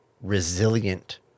resilient